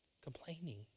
complaining